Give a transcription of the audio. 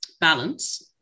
balance